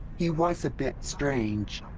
he was a bit strange.